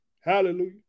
Hallelujah